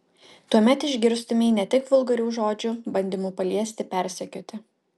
tuomet išgirstumei ne tik vulgarių žodžių bandymų paliesti persekioti